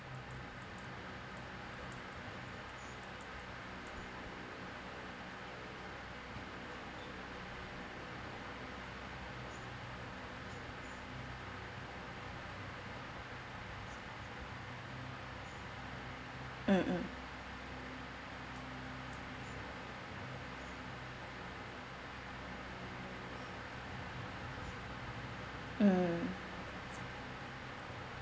mm mm mm